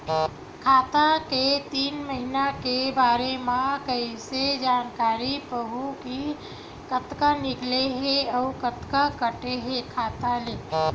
खाता के तीन महिना के बारे मा कइसे जानकारी पाहूं कि कतका निकले हे अउ कतका काटे हे खाता ले?